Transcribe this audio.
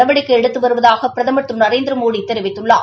நடவடிக்கை எடுத்து வருவதாக பிரதமர் திரு நரேந்திரமோடி தெரிவித்துள்ளார்